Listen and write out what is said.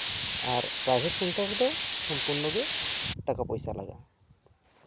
ᱟᱨ private centre ᱨᱮᱫᱚ ᱥᱚᱢᱯᱩᱨᱱᱚ ᱜᱮ ᱴᱟᱠᱟ ᱯᱟᱭᱥᱟ ᱞᱟᱜᱟᱜᱼᱟ